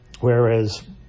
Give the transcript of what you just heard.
Whereas